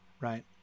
Right